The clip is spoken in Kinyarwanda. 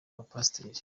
abapasiteri